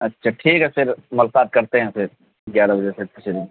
اچھا ٹھیک ہے پھر ملاقات کرتے ہیں پھر گیارہ بجے تک کے قریب